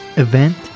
event